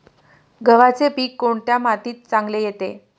गव्हाचे पीक कोणत्या मातीत चांगले येते?